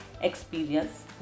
experience